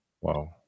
Wow